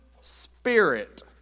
Spirit